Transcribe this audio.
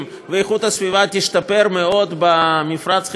ואיכות הסביבה תשתפר מאוד במפרץ חיפה?